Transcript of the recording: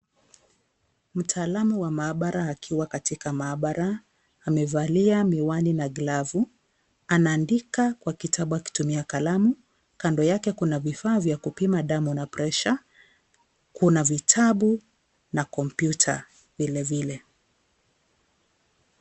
Mtalamu wa mahabara akiwa katika mahabara, amevalia miwani na glavu anandika kwa kitabu akitumia kalamu, kando yake kuna vivaa vya kupima damu na pressure , kuna vitabu na kompyuta vile vile.